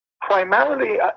primarily